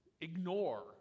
ignore